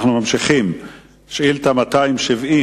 אנחנו ממשיכים לשאילתא מס' 270,